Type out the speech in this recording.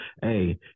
hey